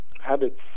habits